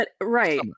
right